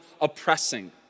oppressing